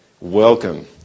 welcome